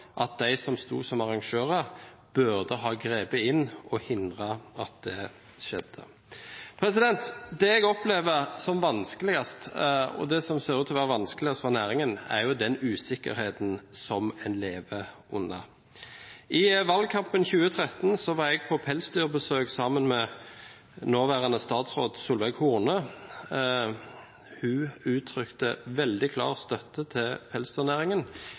at de som sto som arrangører, burde ha grepet inn for å hindre at det skjedde. Det jeg opplever som vanskeligst, og det som ser ut til å være vanskeligst for næringen, er den usikkerheten som en lever under. I valgkampen 2013 var jeg på pelsdyrbesøk sammen med nåværende statsråd Solveig Horne. Hun uttrykte veldig klar støtte til pelsdyrnæringen.